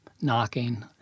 knocking